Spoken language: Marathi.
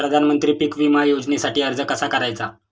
प्रधानमंत्री पीक विमा योजनेसाठी अर्ज कसा करायचा?